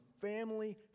family